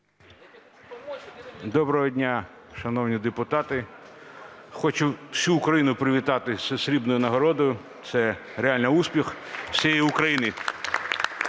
Доброго дня, шановні депутати. Хочу всю Україну привітати зі срібною нагородою, це реально успіх всієї України.